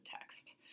text